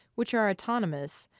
which are autonomous,